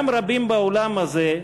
גם רבים באולם הזה,